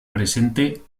presente